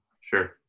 Sure